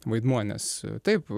vaidmuo nes taip